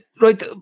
right